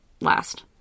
last